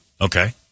Okay